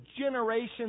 generations